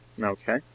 Okay